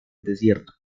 desierto